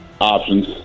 Options